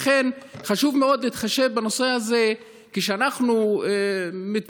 חשוב מאוד להתחשב בנושא הזה כשאנחנו מתבשרים